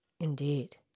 Indeed